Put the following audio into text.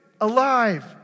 alive